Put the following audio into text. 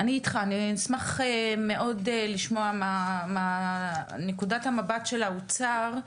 אשמח לשמוע מנקודת המבט של האוצר,